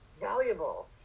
valuable